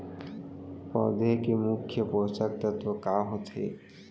पौधे के मुख्य पोसक तत्व का होथे?